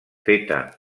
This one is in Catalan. feta